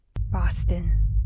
Boston